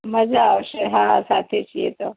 મઝા આવસે હા સાથે છીએ તો